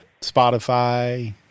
Spotify